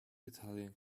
italian